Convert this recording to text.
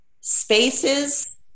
Spaces